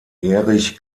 erich